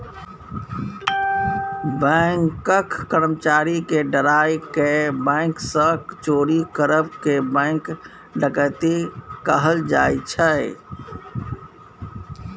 बैंकक कर्मचारी केँ डराए केँ बैंक सँ चोरी करब केँ बैंक डकैती कहल जाइ छै